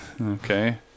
Okay